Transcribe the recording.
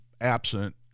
absent